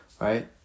right